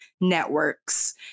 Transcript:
networks